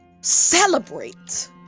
celebrate